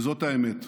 וזאת האמת,